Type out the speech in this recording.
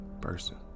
person